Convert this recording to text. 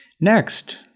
Next